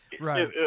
Right